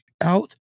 out